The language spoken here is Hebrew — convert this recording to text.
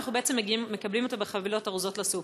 ואנחנו בעצם מקבלים אותו בחבילות ארוזות לסופר.